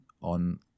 on